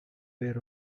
were